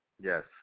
Yes